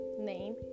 name